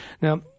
Now